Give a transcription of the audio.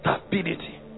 stability